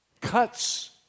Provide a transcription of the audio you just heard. Cuts